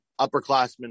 upperclassmen